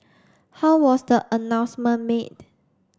how was the announcement made